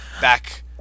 back